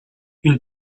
une